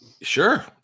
sure